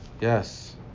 Yes